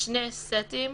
שני סטים,